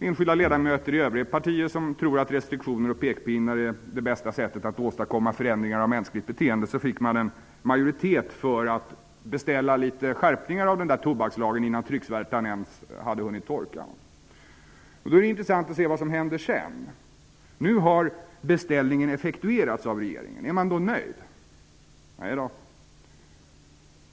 enskilda ledamöter i övriga partier som tror att restriktioner och pekpinnar är det bästa sättet att åstadkomma förändringar av mänskligt beteeende fick man en majoritet för att beställa skärpningar av tobakslagen innan trycksvärtan ens hade hunnit torka. Det är intressant att se vad som händer sedan. Nu har beställningen effektuerats av regeringen. Är man då nöjd? Nej då.